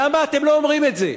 למה אתם לא אומרים את זה,